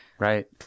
Right